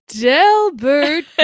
Delbert